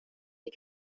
die